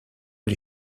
les